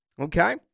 Okay